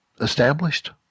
established